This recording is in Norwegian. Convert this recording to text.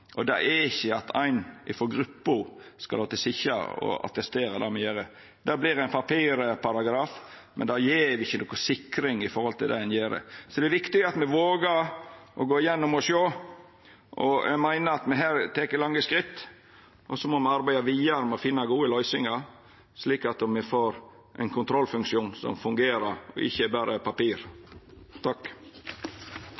og det er ikkje ved at ein frå gruppa skal lyta sitja og attestera det me gjer. Det vert ein papirparagraf, det gjev ikkje noko sikring for det ein gjer. Det er viktig at me vågar å gå gjennom og sjå. Eg meiner me her tek lange skritt, og så må me arbeida vidare med å finna gode løysingar, slik at me får ein kontrollfunksjon som fungerer – ikkje berre papir. Det er